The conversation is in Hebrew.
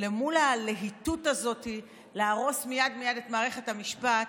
מול הלהיטות הזאת להרוס מייד את מערכת המשפט,